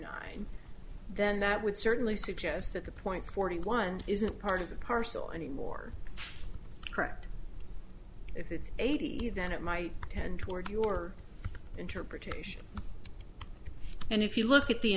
nine then that would certainly suggest that the point forty one isn't part of a parcel any more correct if it's eighty then it might tend toward your interpretation and if you look at the